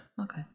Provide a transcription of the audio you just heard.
Okay